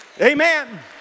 Amen